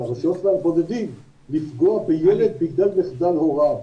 בודדים לפגוע בילד בגלל מחדל הוריו,